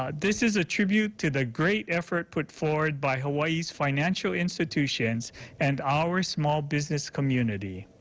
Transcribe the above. ah this is a tribute to the great effort put forward by hawaii's financial institutions and our small business community.